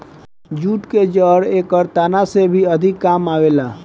jute के जड़ एकर तना से भी अधिका काम आवेला